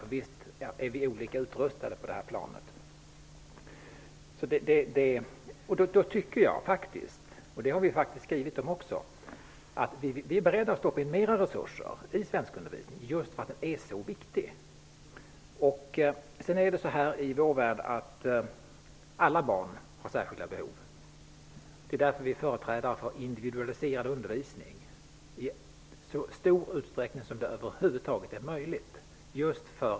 Men visst är vi olika utrustade på detta plan. Vi är beredda att stoppa in mer resurser i svenskundervisningen, och det har vi faktiskt skrivit om. Det vill vi göra just därför att den är så viktig. I vår värld har alla barn särskilda behov. Det är därför vi är företrädare för individualiserad undervisning i så stor utsträckning som det över huvud taget är möjligt.